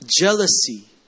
Jealousy